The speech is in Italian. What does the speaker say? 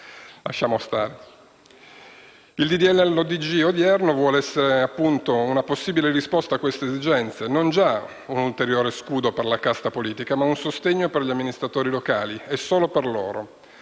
all'ordine del giorno vuole essere una possibile risposta a queste esigenze, non già un ulteriore «scudo» per la casta politica, ma un sostegno per gli amministratori locali e solo per loro,